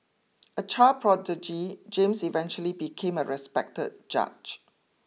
a child prodigy James eventually became a respected judge